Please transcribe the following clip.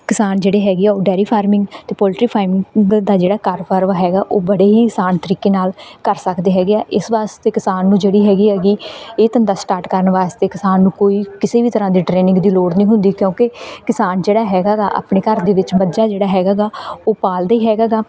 ਕਿਸਾਨ ਜਿਹੜੇ ਹੈਗੇ ਹੈ ਉਹ ਡੇਅਰੀ ਫਾਰਮਿੰਗ ਅਤੇ ਪੋਲਟਰੀ ਫਾਮਿੰਗ ਦਾ ਜਿਹੜਾ ਕਾਰੋਬਾਰ ਹੈਗਾ ਉਹ ਬੜੇ ਹੀ ਅਸਾਨ ਤਰੀਕੇ ਨਾਲ ਕਰ ਸਕਦੇ ਹੈਗੇ ਹੈ ਇਸ ਵਾਸਤੇ ਕਿਸਾਨ ਨੂੰ ਜਿਹੜੀ ਹੈਗੀ ਹੈਗੀ ਇਹ ਧੰਦਾ ਸਟਾਰਟ ਕਰਨ ਵਾਸਤੇ ਕਿਸਾਨ ਨੂੰ ਕੋਈ ਕਿਸੇ ਵੀ ਤਰ੍ਹਾਂ ਦੀ ਟਰੇਨਿੰਗ ਦੀ ਲੋੜ ਨਹੀਂ ਹੁੰਦੀ ਕਿਉਂਕਿ ਕਿਸਾਨ ਜਿਹੜਾ ਹੈਗਾ ਗਾ ਆਪਣੇ ਘਰ ਦੇ ਵਿੱਚ ਮੱਝਾਂ ਜਿਹੜਾ ਹੈਗਾ ਗਾ ਉਹ ਪਾਲਦਾ ਹੀ ਹੈਗਾ ਗਾ